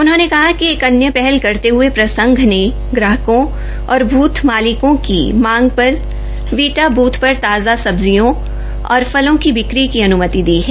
उन्होंने कहा कि एक अन्य पहल करते हुए प्रसंघ ने ग्राहकों और बूथ मालिकों की मांग पर वीटा बूथों पर ताजा सब्जियों और फलों की बिक्री की अनुमति दी है